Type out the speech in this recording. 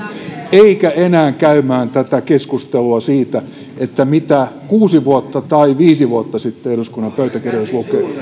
eikä enää käytäisi keskustelua siitä mitä kuusi vuotta tai viisi vuotta sitten eduskunnan pöytäkirjoissa